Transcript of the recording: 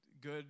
good